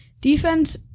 defense